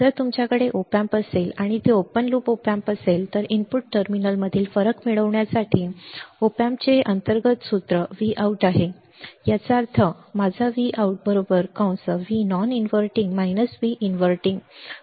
जर तुमच्याकडे op amp असेल आणि ते ओपन लूप op amp असेल तर इनपुट टर्मिनलमधील फरक मिळवण्यासाठी op amp चे अंतर्गत सूत्र Vout आहे याचा अर्थ माझा Vout Vnon inverting -Vinverting gain